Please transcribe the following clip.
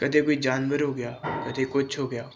ਕਦੇ ਕੋਈ ਜਾਨਵਰ ਹੋ ਗਿਆ ਕਦੇ ਕੁਛ ਹੋ ਗਿਆ